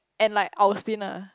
and like I'll spin lah